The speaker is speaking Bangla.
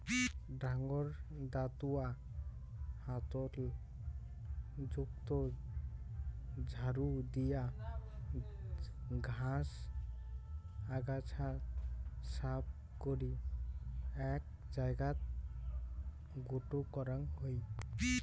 ডাঙর দাতুয়া হাতল যুক্ত ঝাড়ু দিয়া ঘাস, আগাছা সাফ করি এ্যাক জাগাত গোটো করাং হই